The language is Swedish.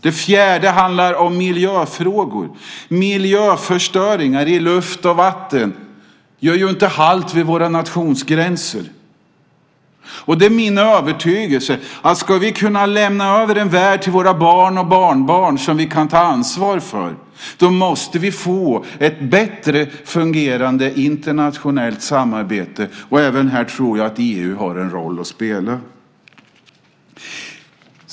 Det fjärde handlar om miljöfrågor. Miljöförstöringen i luft och vatten gör inte halt vid våra nationsgränser. Det är min övertygelse att om vi ska kunna lämna över en värld till våra barn och barnbarn som vi kan ta ansvar för måste vi få ett bättre fungerande internationellt samarbete. Även här tror jag att EU har en roll att spela.